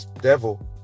devil